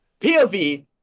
POV